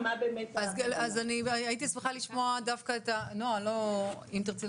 לא ניתן לשנות את אחוזי שכר הטרחה